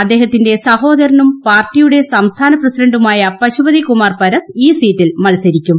അദ്ദേഹൃത്തിന്റെ സഹോദരനും പാർട്ടിയുടെ സംസ്ഥാന ഫ്സിഡൻറുമായ പശുപതി കുമാർ പരസ് ഈ സീറ്റിൽ മത്സരിക്കും